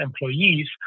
employees